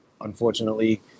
unfortunately